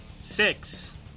Six